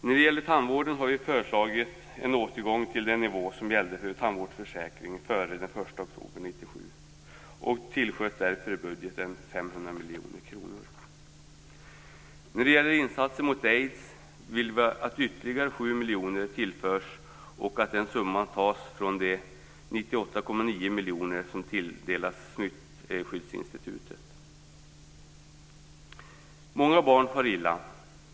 När det gäller tandvården har vi föreslagit en återgång till den nivå som gällde för tandvårdsförsäkringen före den 1 oktober 1997. Vi tillsköt därför i budgeten 500 miljoner kronor. När det gäller insatser mot aids vill vi att ytterligare 7 miljoner tillförs och att den summan tas från de Många barn far illa.